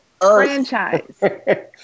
franchise